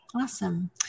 Awesome